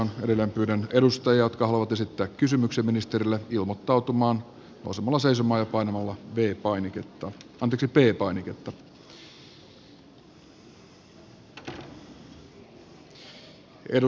pyydän niitä edustajia jotka haluavat esittää kysymyksen paikalla olevalle ministerille ilmoittautumaan painamalla p painiketta ja nousemalla seisomaan